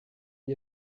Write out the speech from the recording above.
gli